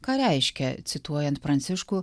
ką reiškia cituojant pranciškų